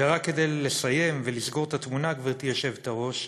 רק כדי לסיים ולסגור את התמונה, גברתי היושבת-ראש: